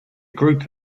group